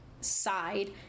side